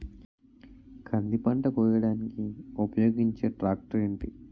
కంది పంట కోయడానికి ఉపయోగించే ట్రాక్టర్ ఏంటి?